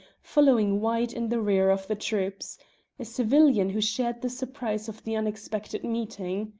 following wide in the rear of the troops a civilian who shared the surprise of the unexpected meeting.